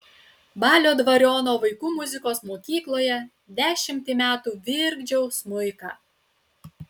balio dvariono vaikų muzikos mokykloje dešimtį metų virkdžiau smuiką